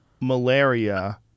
malaria